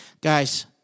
Guys